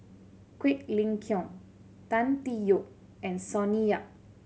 Quek Ling Kiong Tan Tee Yoke and Sonny Yap